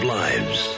lives